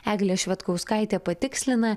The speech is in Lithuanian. eglė švedkauskaitė patikslina